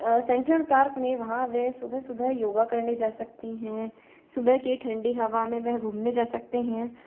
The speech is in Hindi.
सेंट्रल पार्क में वहाँ वे सुबह सुबह योगा करने जा सकते हैं सुबह की ठंडी हवा में वह घूमने जा सकते हैं